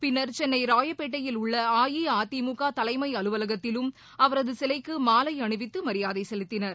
பின்னர் சென்னை ராயப்பேட்டையில் உள்ள அஇஅதிமுக தலைம் அலுவலகத்திலும் அவரது சிலைக்கு மாலை அணிவித்து மரியாதை செலுத்தினர்